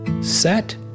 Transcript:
set